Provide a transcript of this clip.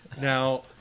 Now